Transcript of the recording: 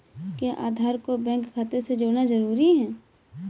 क्या आधार को बैंक खाते से जोड़ना जरूरी है?